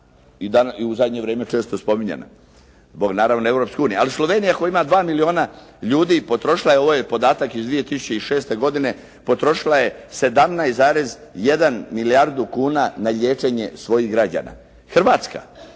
i u zadnje vrijeme često spominjana zbog naravno Europske unije, ali Slovenija koja ima dva milijuna ljudi potrošila je, ovo je podatak iz 2006. godine, potrošila je 17,1 milijardu kuna na liječenje svojih građana. Hrvatska